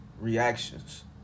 reactions